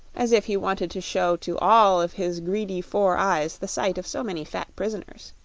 as if he wanted to show to all of his greedy four eyes the sight of so many fat prisoners.